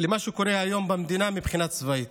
למה שקורה היום במדינה מבחינה צבאית,